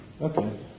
Okay